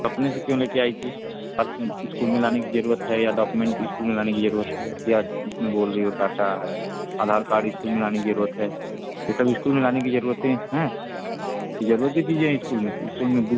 अपने से क्यों लेकर आई थी पर्स इस्कूल में लाने की ज़रूरत है या डॉकुमेंट इस्कूल में लाने की ज़रूरत है या इसमें बोल रही हो डाटा है आधार कार्ड इस्कूल में लाने की ज़रूरत है यह सब इस्कूल में लाने की ज़रूरत है यह ज़रूरत की चीज़ें हैं इस्कूल में इस्कूल में बुक